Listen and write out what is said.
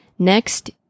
Next